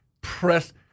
press